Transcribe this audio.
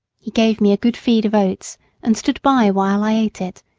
he gave me a good feed of oats and stood by while i ate it,